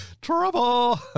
Trouble